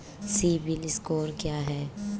CIBIL score क्या है?